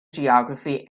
geography